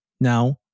Now